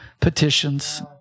petitions